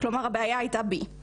כלומר, הבעיה הייתה בי.